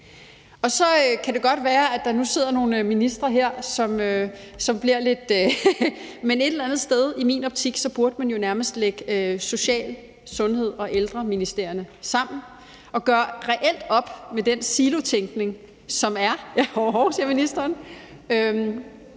Så kan det godt være, at der her nu sidder nogle ministre, som tænker noget, men et eller andet sted burde man jo i min optik lægge Social-, Sundheds- og Ældreministerierne sammen og reelt gøre op med den silotænkning, der er, og hov, hov, siger ministeren.